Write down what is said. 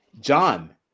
john